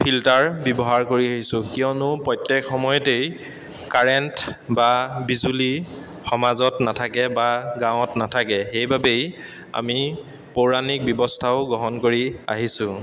filter ব্যৱহাৰ কৰি আহিছোঁ কিয়নো প্ৰত্যেক সময়তেই কাৰেণ্ট বা বিজুলী সমাজত নাথাকে বা গাঁৱত নাথাকে সেইবাবেই আমি পৌৰাণিক ব্যৱস্থাও গ্ৰহণ কৰি আহিছোঁ